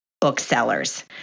booksellers